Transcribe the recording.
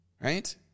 Right